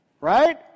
right